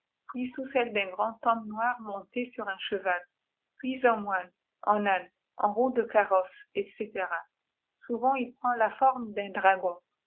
puis sous celle d'un grand homme noir monté sur un cheval puis en moine en haut de carrosse etc souvent il prend la forme d'un dragon